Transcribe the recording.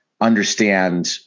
understand